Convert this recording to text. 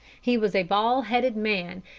he was a bald-headed man,